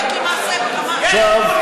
עכשיו,